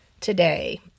today